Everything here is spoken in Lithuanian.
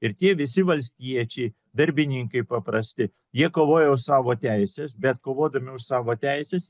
ir tie visi valstiečiai darbininkai paprasti jie kovoja už savo teises bet kovodami už savo teises